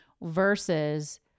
versus